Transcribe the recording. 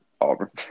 Auburn